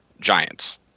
giants